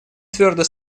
твердо